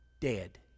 Dead